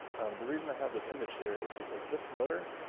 the reason i have this image here is because this motor,